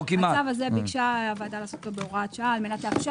הצו הזה ביקשה הוועדה לעשות בהוראת שעה כדי לאפשר